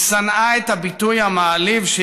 היא שנאה את הביטוי המעליב,